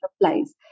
applies